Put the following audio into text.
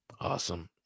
Awesome